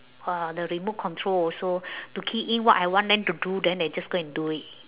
uh the remote control also to key in what I want them to do then they just go and do it